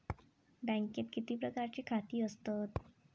बँकेत किती प्रकारची खाती असतत?